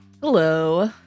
Hello